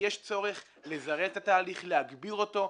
יש צורך לזרז את התהליך, להגביר אותו.